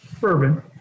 Bourbon